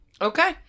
Okay